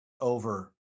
over